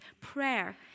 Prayer